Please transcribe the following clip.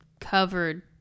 covered